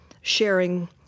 sharing